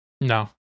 No